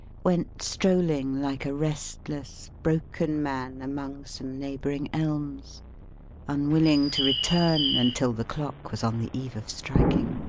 went strolling like a restless, broken man, among some neighbouring elms unwilling to return until the clock was on the eve of striking.